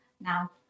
now